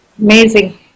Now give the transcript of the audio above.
Amazing